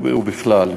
ובכלל,